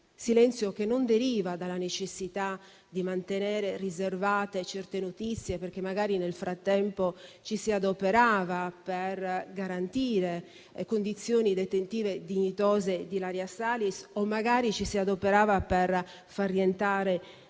silenzio che non deriva dalla necessità di mantenere riservate certe notizie, perché magari nel frattempo ci si adoperava per garantire condizioni detentive dignitose a Ilaria Salis o magari per farla rientrare